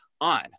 on